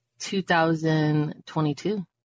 2022